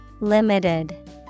Limited